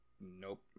Nope